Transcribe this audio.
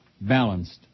balanced